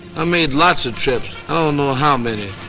i made lots of trips, i don't know how many.